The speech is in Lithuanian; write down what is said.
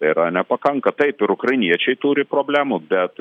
tai yra nepakanka taip ir ukrainiečiai turi problemų bet